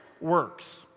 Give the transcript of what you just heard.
works